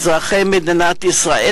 אזרחי מדינת ישראל,